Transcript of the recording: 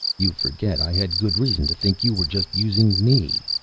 you forget i had good reason to think you were just using me.